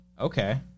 Okay